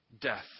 Death